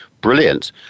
brilliant